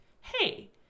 Hey